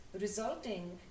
resulting